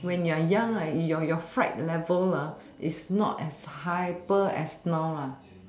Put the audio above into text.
when you're young like your your fright level is not as hyper as now